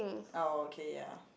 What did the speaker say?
oh okay ya